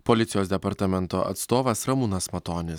policijos departamento atstovas ramūnas matonis